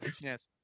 Yes